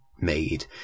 made